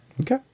Okay